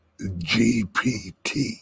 GPT